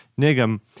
Nigam